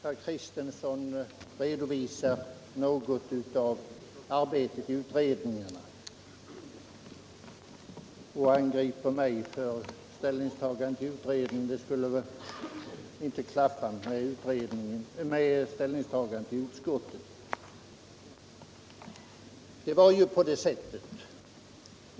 Herr talman! Herr Kristenson redovisar något av arbetet i utredningarna och angriper mig för mitt ställningstagande där, vilket inte skulle klaffa med ställningstagandet i utskottet.